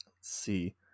see